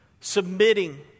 submitting